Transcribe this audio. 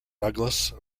douglas